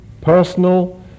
Personal